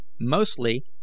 Mostly